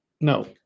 No